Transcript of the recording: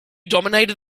dominated